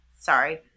Sorry